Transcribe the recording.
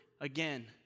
Again